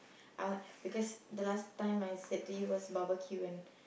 I want because the last time I said to you was barbecue and